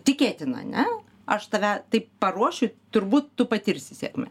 tikėtina ne aš tave taip paruošiu turbūt tu patirsi sėkmę